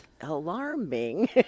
alarming